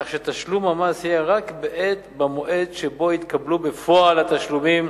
כך שתשלום המס יהיה רק במועד שבו יתקבלו בפועל התשלומים